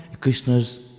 Krishna's